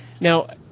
Now